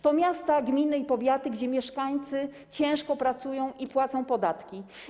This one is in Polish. To są miasta, gminy i powiaty, w których mieszkańcy ciężko pracują i płacą podatki.